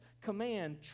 command